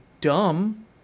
dumb